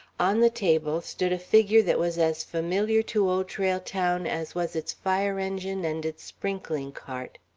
on the table stood a figure that was as familiar to old trail town as was its fire engine and its sprinkling cart.